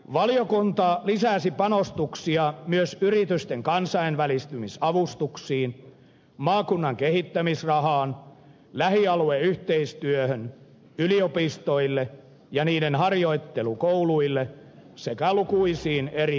valiokunta lisäsi panostuksia myös yritysten kansainvälistymisavustuksiin maakunnan kehittämisrahaan lähialueyhteistyöhön yliopistoille ja niiden harjoittelukouluille sekä lukuisiin eri kulttuurikohteisiin